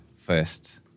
first